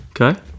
okay